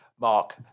mark